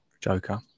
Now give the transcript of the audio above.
Joker